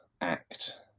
act